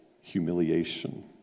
humiliation